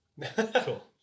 Cool